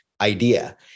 idea